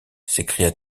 s’écria